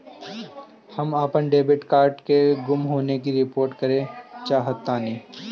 हम अपन debit card के गुम होने की रिपोर्ट करे चाहतानी